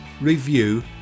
review